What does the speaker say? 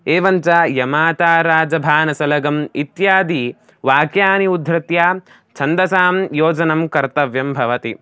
एवं च यमाताराजभानसलगम् इत्यादीनि वाक्यानि उद्धृत्य छन्दसां योजनं कर्तव्यं भवति